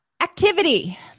Activity